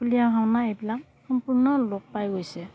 ঢুলীয়া ভাওনা এইবিলাক সম্পূৰ্ণ লোপ পাই গৈছে